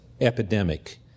epidemic